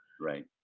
Right